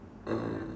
uh